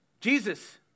Jesus